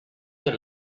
the